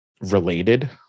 related